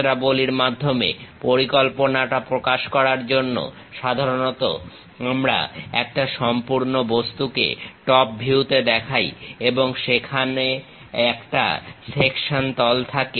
চিত্রাবলীর মাধ্যমে পরিকল্পনাটা প্রকাশ করার জন্য সাধারণত আমরা একটা সম্পূর্ণ বস্তুকে টপ ভিউতে দেখাই এবং সেখানে একটা সেকশন তল থাকে